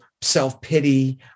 self-pity